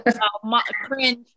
Cringe